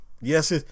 Yes